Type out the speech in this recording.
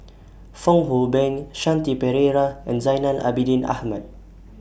Fong Hoe Beng Shanti Pereira and Zainal Abidin Ahmad